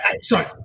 Sorry